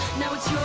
now it's